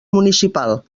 municipal